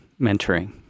mentoring